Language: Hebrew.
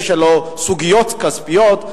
כי יש בזה סוגיות כספיות.